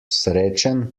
srečen